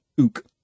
ook